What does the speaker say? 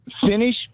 Finish